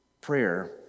prayer